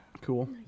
Cool